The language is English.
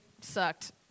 sucked